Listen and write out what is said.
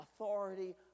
authority